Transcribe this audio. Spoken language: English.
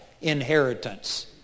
inheritance